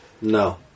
No